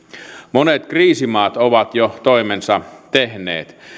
monet kriisimaat ovat jo toimensa tehneet